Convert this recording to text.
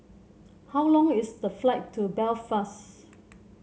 how long is the flight to Belfast